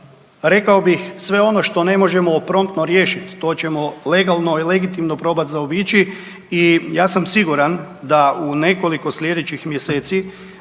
rekao bih sve ono što ne možemo promptno riješiti, to ćemo legalno i legitimno probati zaobići i ja sam siguran da u nekoliko sljedećih mjeseci,